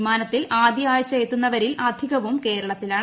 വിമാനത്തിൽ ആദ്യ ആഴ്ച എത്തുന്നവരിൽ അധികവും കേരളത്തിലാണ്